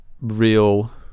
real